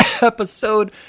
episode